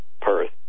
Perth